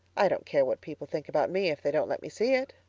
i don't care what people think about me if they don't let me see it.